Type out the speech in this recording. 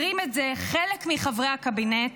אומרים את זה חלק מחברי הקבינט,